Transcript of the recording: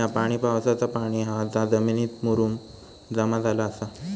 ह्या पाणी पावसाचा पाणी हा जा जमिनीत मुरून जमा झाला आसा